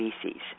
species